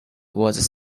was